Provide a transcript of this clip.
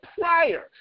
prior